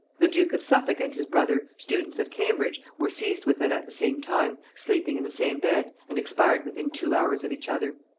the duke of suffolk and his brother, students at cambridge, were seized with it at the same time, sleeping in the same bed, and expired within two hours of each other.